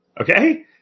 Okay